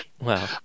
wow